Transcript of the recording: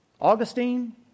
Augustine